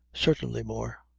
certainly more.